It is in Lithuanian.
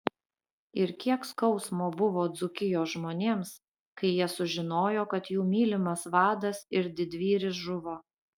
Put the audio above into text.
ir kiek skausmo buvo dzūkijos žmonėms kai jie sužinojo kad jų mylimas vadas ir didvyris žuvo